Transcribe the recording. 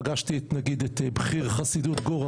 פגשתי נגיד את בכיר חסידות גור,